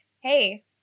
hey